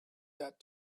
that